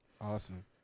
Awesome